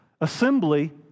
assembly